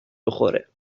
بخوره